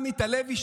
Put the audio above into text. עמית הלוי,